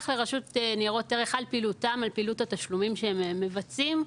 לרשות ניירות ערך על פעילות התשלומים שהם מבצעים.